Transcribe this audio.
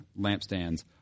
lampstands